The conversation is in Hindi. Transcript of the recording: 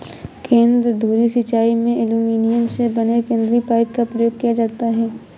केंद्र धुरी सिंचाई में एल्युमीनियम से बने केंद्रीय पाइप का प्रयोग किया जाता है